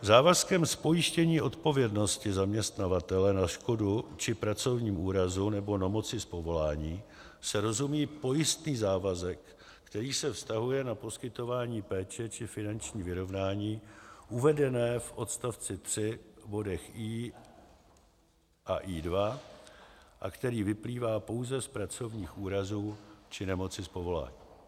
Závazkem z pojištění odpovědnosti zaměstnavatele za škodu či pracovním úrazu nebo nemoci z povolání se rozumí pojistný závazek, který se vztahuje na poskytování péče či finanční vyrovnání uvedené v odst. 3 bodech i a i2 a který vyplývá pouze z pracovních úrazů či nemoci z povolání.